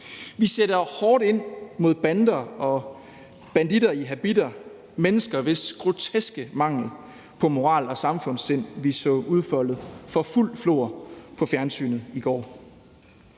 Vi sætter hårdt ind mod bander og banditter i habitter – mennesker, hvis groteske mangel på moral og samfundssind vi så udfoldet for fuld flor på fjernsynet i går.